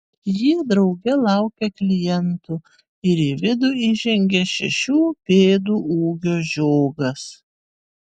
jie drauge laukia klientų ir į vidų įžengia šešių pėdų ūgio žiogas